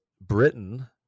Britain